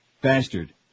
Bastard